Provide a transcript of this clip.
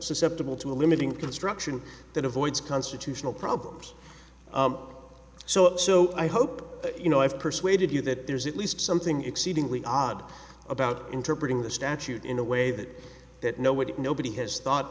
susceptible to a limiting construction that avoids constitutional problems so so i hope you know i've persuaded you that there's at least something exceedingly odd about interpreting the statute in a way that that nobody nobody has